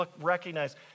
recognize